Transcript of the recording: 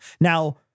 Now